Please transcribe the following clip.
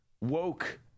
woke